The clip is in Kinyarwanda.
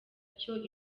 atyo